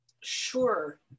Sure